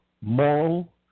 moral